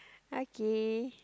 okay